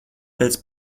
pēc